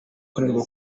kunanirwa